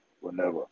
whenever